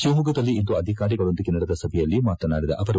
ಶಿವಮೊಗ್ಗದಲ್ಲಿಂದು ಅಧಿಕಾರಿಗಳೊಂದಿಗೆ ನಡೆದ ಸಭೆಯಲ್ಲಿ ಮಾತನಾಡಿದ ಅವರು